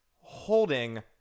holding